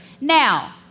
Now